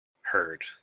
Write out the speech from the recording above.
heard